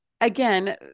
again